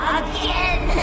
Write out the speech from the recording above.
again